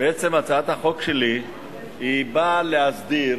בעצם הצעת החוק שלי באה להסדיר